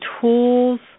tools